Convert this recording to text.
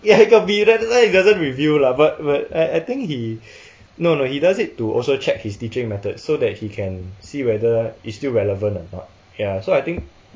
ya 一个 B then now he doesn't reveal lah but but I I think he no no he does it to also check his teaching method so that he can see whether it's still relevant or not ya so I think